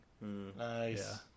Nice